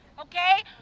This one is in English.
Okay